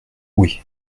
oui